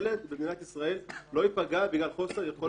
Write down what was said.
ילד במדינת ישראל לא יפגע בגלל חוסר יכולת של הורים לשלם.